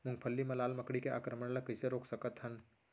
मूंगफली मा लाल मकड़ी के आक्रमण ला कइसे रोक सकत हन?